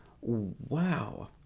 wow